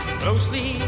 closely